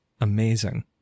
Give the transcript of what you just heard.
amazing